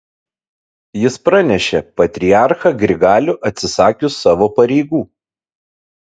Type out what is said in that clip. jis pranešė patriarchą grigalių atsisakius savo pareigų